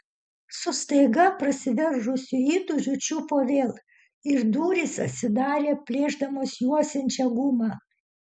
su staiga prasiveržusiu įtūžiu čiupo vėl ir durys atsidarė plėšdamos juosiančią gumą